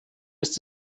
ist